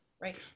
right